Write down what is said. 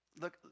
look